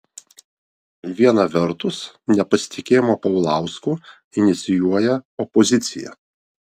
viena vertus nepasitikėjimą paulausku inicijuoja opozicija